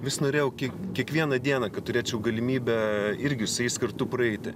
vis norėjau kiek kiekvieną dieną kad turėčiau galimybę irgi su jais kartu praeiti